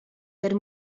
per